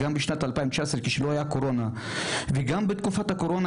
גם בשנת 2019 כשלא היה קורונה וגם בתקופת הקורונה